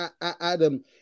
Adam